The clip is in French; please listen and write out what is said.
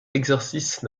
exercice